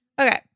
Okay